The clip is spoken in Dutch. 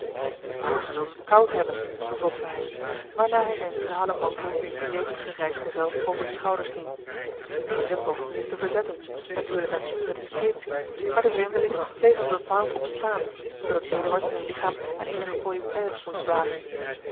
maar gij zult het koud hebben vervolgde hij waarna hij zijn schralen mantel den jeugdigen reisgezel over de schouders hing deze poogde zich te verzetten natuurlijk uit pure discretie maar de vreemdeling bleef er bepaald op staan zoodat eduard zijn ligchaam aan eenige polypèdes moest wagen